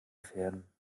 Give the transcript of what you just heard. pferden